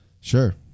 Sure